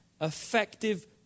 effective